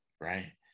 right